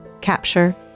capture